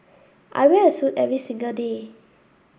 I wear a suit every single day